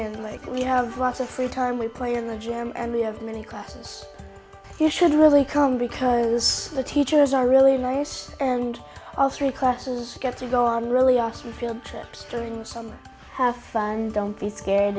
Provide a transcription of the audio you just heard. and like we have lots of free time we play in the jam and we have many classes you should really come because the teachers are really nice and all three classes get to go on really awesome field trips doing something have fun don't be scar